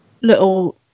little